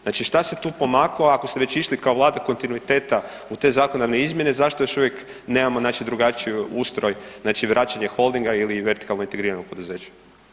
Znači šta se tu pomaklo ako se ste već išli kao Vlada kontinuiteta u te zakonodavne izmjene, zašto još uvijek nemamo drugačiji ustroj, znači vraćanje holdinga ili vertikalno integriranog poduzeća?